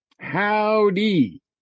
Howdy